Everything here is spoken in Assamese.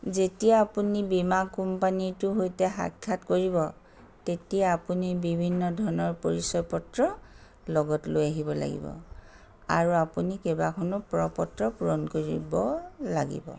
যেতিয়া আপুনি বীমা কোম্পানীটোৰ সৈতে সাক্ষাৎ কৰিব তেতিয়া আপুনি বিভিন্ন ধৰণৰ পৰিচয় পত্ৰ লগত লৈ আহিব লাগিব আৰু আপুনি কেইবাখনো প্ৰ পত্ৰ পূৰণ কৰিব লাগিব